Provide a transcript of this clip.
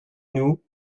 nous